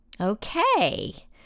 Okay